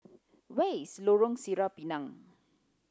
where is Lorong Sireh Pinang